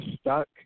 stuck